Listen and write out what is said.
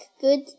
good